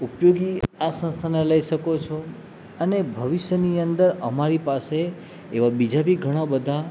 ઉપયોગી આ સંસ્થાને લઈ શકો છો અને ભવિષ્યની અંદર અમારી પાસે એવા બીજા બી ઘણા બધા